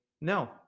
no